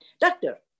doctor